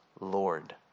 Lord